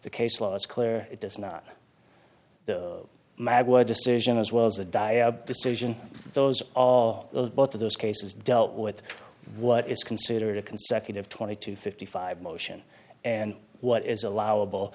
the case law is clear it does not mad or decision as well as a dire decision those all those both of those cases dealt with what is considered a consecutive twenty two fifty five motion and what is allowable